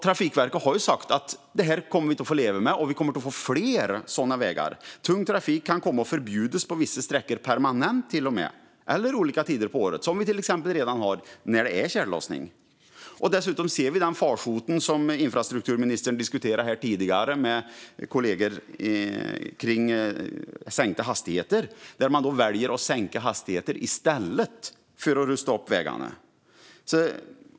Trafikverket har sagt att vi kommer att få leva med detta, att det kommer att bli fler sådana vägar. Tung trafik kan komma att förbjudas på vissa sträckor permanent eller olika tider på året, som till exempel under tjällossning. Dessutom ser vi de diskussioner som infrastrukturministern har haft tidigare med kollegor om sänkta hastigheter, nämligen att man väljer att sänka hastigheterna i stället för att rusta upp vägarna.